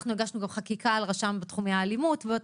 אנחנו הגשנו חקיקה על רשם בתחומי האלימות בבתי